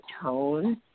tone